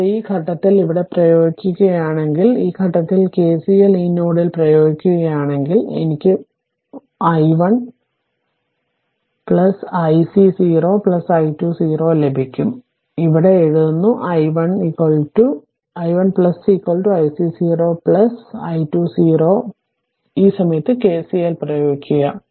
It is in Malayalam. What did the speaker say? കൂടാതെ ഈ ഘട്ടത്തിൽ ഇവിടെ പ്രയോഗിക്കുകയാണെങ്കിൽ ഈ ഘട്ടത്തിൽ KCL ഈ നോഡിൽ പ്രയോഗിക്കുകയാണെങ്കിൽ അപ്പോൾ എനിക്ക് 1 1 ic 0 i2 0 ലഭിക്കും അതിനാൽ ഞാൻ ഇവിടെ എഴുതുന്നു 1 1 ic 0 i2 0 ഈ സമയത്ത് KCL പ്രയോഗിക്കുക